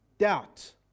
Doubt